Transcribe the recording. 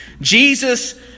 Jesus